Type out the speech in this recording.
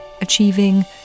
achieving